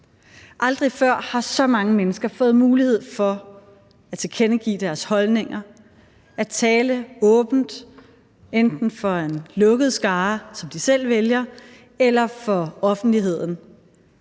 Aldrig før har så mange mennesker fået mulighed for at tilkendegive deres holdninger, tale åbent – enten for en lukket skare, som de selv vælger, eller for offentligheden.